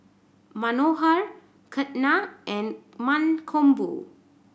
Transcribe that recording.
Manohar Ketna and Mankombu